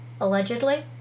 Allegedly